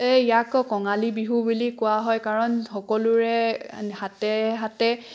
ইয়াক কঙালী বিহু বুলি কোৱা হয় কাৰণ সকলোৰে হাতে হাতে